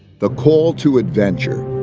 the call to adventure.